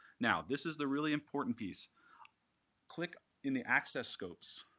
now this is the really important piece click in the access scopes,